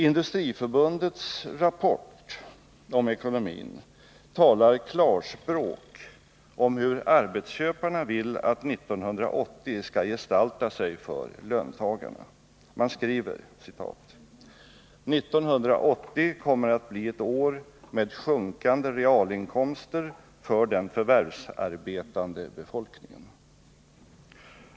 Industriförbundets rapport om ekonomin talar klarspråk om hur arbetsköparna vill att 1980 skall gestalta sig för löntagarna. Man skriver: ”1980 kommer att bli ett år med sjunkande realinkomster för den förvärvsarbetande befolkningen”.